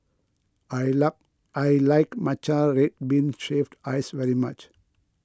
I like I like Matcha Red Bean Shaved Ice very much